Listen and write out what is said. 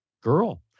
girl